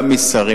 גם משרים,